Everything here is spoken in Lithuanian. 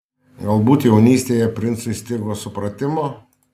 galbūt jaunystėje princui stigo supratimo